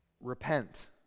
Repent